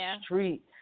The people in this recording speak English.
street